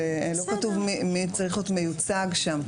ולא כתוב מי צריך להיות מיוצג שם,